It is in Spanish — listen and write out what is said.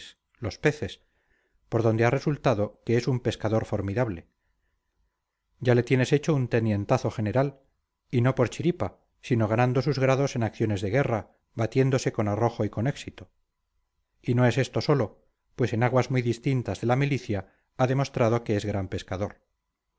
los peces por donde ha resultado que es un pescador formidable ya le tienes hecho un tenientazo general y no por chiripa sino ganando sus grados en acciones de guerra batiéndose con arrojo y con éxito y no es esto sólo pues en aguas muy distintas de la milicia ha demostrado que es gran pescador